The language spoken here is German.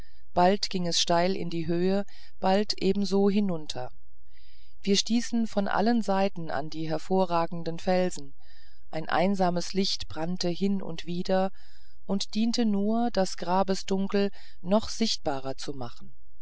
bald ging es steil in die höhe bald ebenso hinunter wir stießen von allen seiten an die vorragenden felsen ein einsames licht brannte hin und wieder und diente nur das grabesdunkel noch sichtbarer zu machen